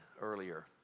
earlier